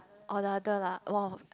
or the other lah more of